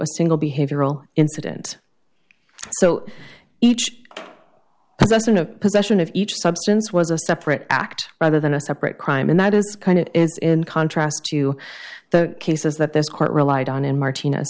a single behavioral incident so each less than a possession of each substance was a separate act rather than a separate crime and that is kind of it's in contrast to the cases that this court relied on in martin